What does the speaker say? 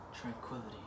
tranquility